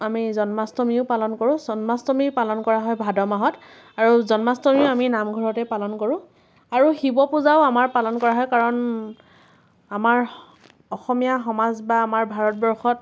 আমি জন্মাষ্টমীও পালন কৰোঁ জন্মাষ্টমী পালন কৰা হয় ভাদ মাহত আৰু জন্মাষ্টমী আমি নামঘৰতেই পালন কৰোঁ আৰু শিৱ পূজাও আমাৰ পালন কৰা হয় কাৰণ আমাৰ অসমীয়া সমাজ বা ভাৰতবৰ্ষত